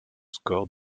score